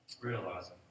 realizing